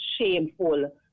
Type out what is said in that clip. shameful